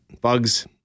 bugs